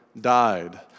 died